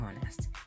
honest